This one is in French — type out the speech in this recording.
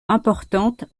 importante